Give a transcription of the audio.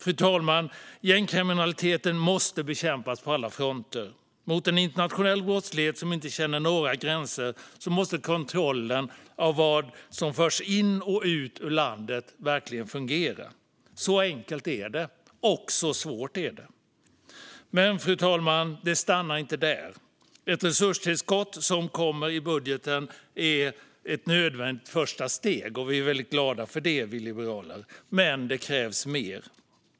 Fru talman! Gängkriminaliteten måste bekämpas på alla fronter. Mot en internationell brottslighet som inte känner några gränser måste kontrollen av vad som förs in i och ut ur landet verkligen fungera. Så enkelt är det - och så svårt är det. Det stannar dock inte där, fru talman. Det resurstillskott som kommer i budgeten är ett nödvändigt första steg, och vi liberaler är väldigt glada för det. Det krävs dock mer.